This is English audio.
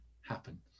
happen